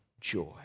joy